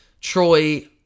Troy